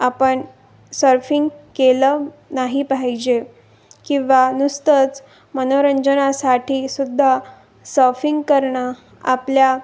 आपण सर्फिंग केलं नाही पाहिजे किंवा नुसतंच मनोरंजनासाठीसुद्धा सर्फिंग करणं आपल्या